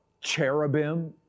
cherubim